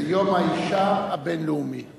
זה יום האשה הבין-לאומי או יום האשה הבין-לאומית?